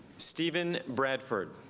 stephen bradford